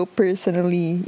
personally